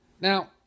Now